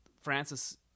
Francis